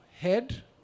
head